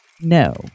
No